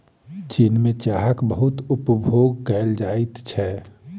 चीन में चाहक बहुत उपभोग कएल जाइत छै